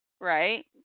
right